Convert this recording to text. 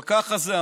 אבל ככה זה.